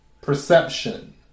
perception